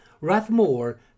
Rathmore